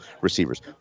Receivers